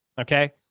okay